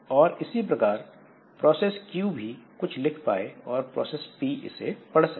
और इसी प्रकार प्रोसेस Q कुछ लिख पाए और प्रोसेस P इसे पढ़ सके